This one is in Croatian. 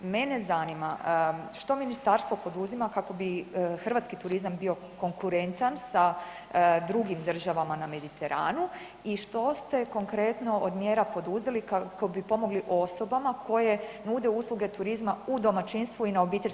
Mene zanima, što ministarstvo poduzima kako bi hrvatski turizam bio konkurentan sa drugim državama na Mediteranu i što ste konkretno od mjera poduzeli kako bi pomogli osobama koje nude usluge turizma u domaćinstvu i na OPG-ovima?